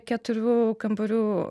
keturių kambarių